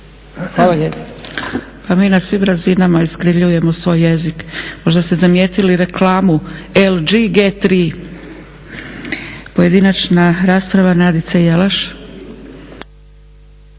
Dragica (SDP)** Pa mi na svim razinama iskrivljujemo svoj jezik. Možda ste zamijetili reklamu LG G3. Pojedinačna rasprava Nadica Jelaš.